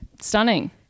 Stunning